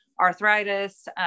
arthritis